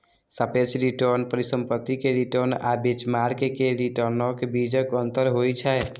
सापेक्ष रिटर्न परिसंपत्ति के रिटर्न आ बेंचमार्क के रिटर्नक बीचक अंतर होइ छै